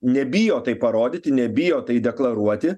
nebijo tai parodyti nebijo tai deklaruoti